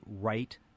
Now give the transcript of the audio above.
right